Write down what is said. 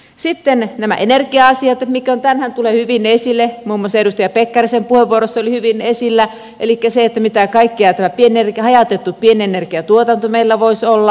sitten nämä energia asiat mitkä ovat tänään tulleet hyvin esille muun muassa edustaja pekkarisen puheenvuorossa olivat hyvin esillä elikkä se mitä kaikkea tämä hajautettu pienenergiatuotanto meillä voisi olla